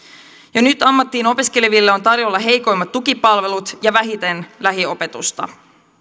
jo nyt ammattiin opiskeleville on tarjolla heikoimmat tukipalvelut ja vähiten lähiopetusta